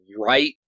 right